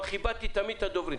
אבל כיבדתי תמיד את הדוברים.